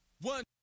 one